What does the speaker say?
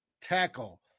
tackle